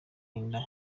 inda